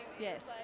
yes